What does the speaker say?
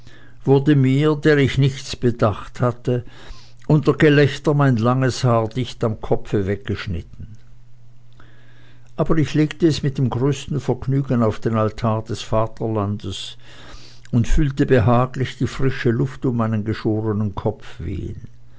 wurde mir der ich nichts bedacht hatte unter gelächter mein langes haar dicht am kopfe weggeschnitten aber ich legte es mit dem größten vergnügen auf den altar des vaterlandes und fühlte behaglich die frische luft um meinen geschorenen kopf wehen